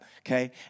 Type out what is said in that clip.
okay